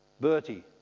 Bertie